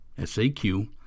SAQ